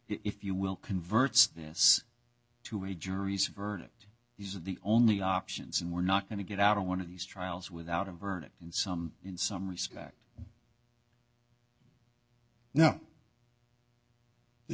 if you will converts this to a jury's verdict he's the only options and we're not going to get out of one of these trials without a verdict in some in some respect no